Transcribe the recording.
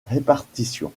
répartition